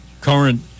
current